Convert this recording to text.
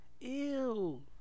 Ew